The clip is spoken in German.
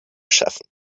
schaffen